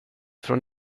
från